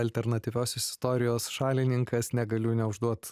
alternatyviosios istorijos šalininkas negaliu neužduot